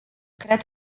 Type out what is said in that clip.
cred